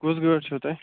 کُس گٲڑۍ چھُو تۄہہِ